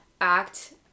act